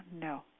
No